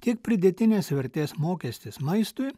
tiek pridėtinės vertės mokestis maistui